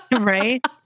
right